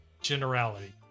generality